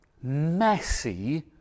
messy